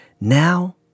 Now